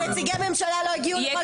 חברים,